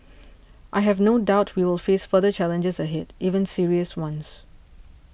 I have no doubt we will face further challenges ahead even serious ones